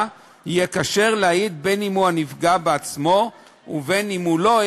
יהיה כשר להעיד בין שהוא הנפגע בעצמו ובין שהוא לא,